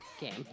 game